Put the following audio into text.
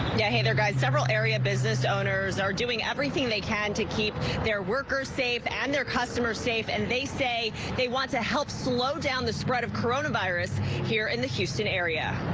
yeah hey there guys several area business owners are doing everything they can to keep their workers safe and their customers safe and they say they want to help slow down the spread of coronavirus here in the houston area.